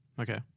Okay